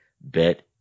Bet